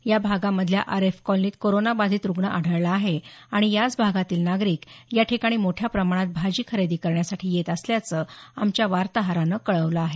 या भागामधल्या आरेफ कॉलनीत कोरोना बाधित रुग्ण आढळला आहे आणि याच भागातील नागरिक या ठिकाणी मोठ्या प्रमाणात भाजी खरेदी करण्यासाठी येत असल्याचं आमच्या वार्ताहरानं कळवलं आहे